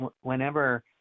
whenever